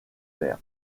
mer